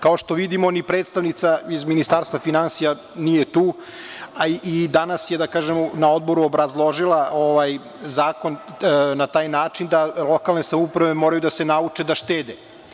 Kao što vidimo, ni predstavnica iz Ministarstva finansija nije tu, a i danas je na odboru obrazložila zakon na taj način da lokalne samouprave moraju da se nauče da štede.